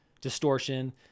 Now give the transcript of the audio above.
distortion